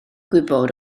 gwybod